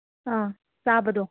ꯑꯥ ꯆꯥꯕꯗꯣ